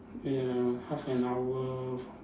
ya half an hour